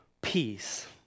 peace